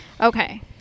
Okay